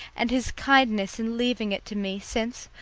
and his kindness in leaving it to me, since,